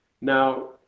now